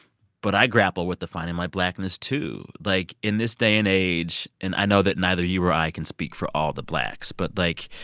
but i grapple with defining my blackness too. like in this day and age and i know that neither you or i can speak for all the blacks but like.